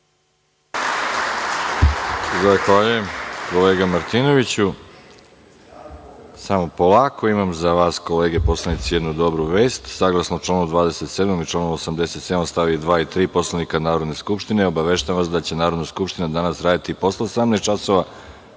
Božović, s mesta: Replika.)Samo polako, imam za vas, kolege poslanici, jednu dobru vest. Saglasno članu 27. i članu 87. st. 2. i 3. Poslovnika Narodne skupštine, obaveštavam vas da će Narodna skupština danas raditi i posle 18 časova,